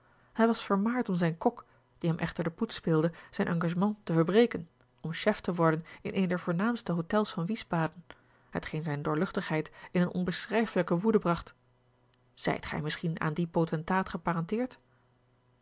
hij was vermaard om zijn kok die hem echter den poets speelde zijn engagement te verbreken om chef te worden in een der voornaamste hotels van wiesbaden hetgeen zijne doorluchtigheid in eene onbeschrijfelijke woede bracht zijt gij misschien aan dien potentaat geparenteerd